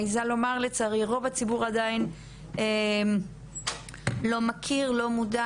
מעיזה לומר רוב הציבור עדיין לא מכיר ולא מודע